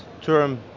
term